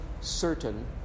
certain